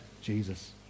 Jesus